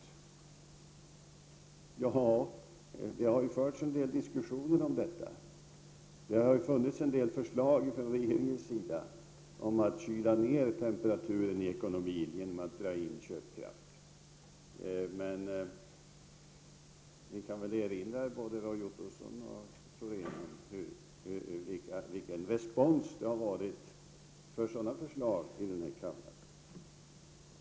Det har förts en del diskussioner om detta. Det har funnits en del förslag från regeringens sida om att kyla ner temperaturen i ekonomin genom att ”dra in” köpkraft. Men både Roy Ottosson och Rune Thorén kan nog erinra sig vilken respons som funnits för sådana förslag i den här kammaren.